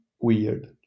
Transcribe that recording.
weird